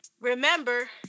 remember